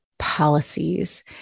policies